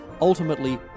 ultimately